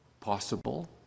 possible